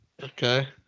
Okay